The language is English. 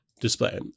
display